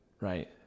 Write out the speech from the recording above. right